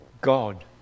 god